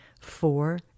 four